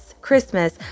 Christmas